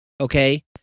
okay